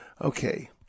Okay